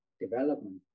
development